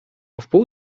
wpół